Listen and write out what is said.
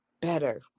better